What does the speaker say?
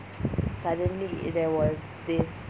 suddenly there was this